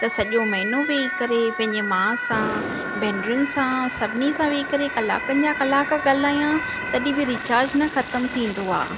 त सॼो महीनो वेही करे पंहिंजे माउ सां भेनरुनि सां सभिनी सां वेही करे कलाकनि जा कलाकु ॻाल्हायां तॾहिं बि रिचार्ज न ख़तमु थींदो आहे